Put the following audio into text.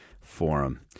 forum